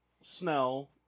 Snell